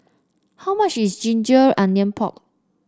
how much is ginger onion pork